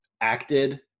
acted